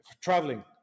traveling